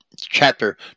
chapter